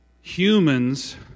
humans